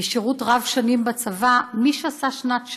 משירות רב שנים בצבא: מי שעשה שנת שירות,